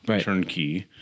turnkey